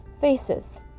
faces